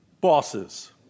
bosses